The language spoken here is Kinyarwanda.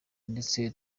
ndetse